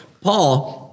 Paul